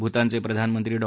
भूतानचप्रिधानमंत्री डॉ